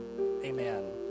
Amen